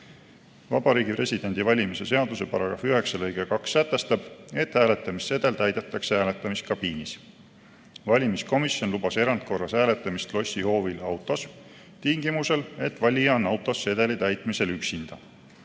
Vabariigi Presidendi valimise seaduse § 1 lõige 3. VPVS § 9 lõige 2 sätestab, et hääletamissedel täidetakse hääletamiskabiinis. Valimiskomisjon lubas erandkorras hääletamist lossi hoovil autos, tingimusel, et valija on autos sedeli täitmisel üksinda.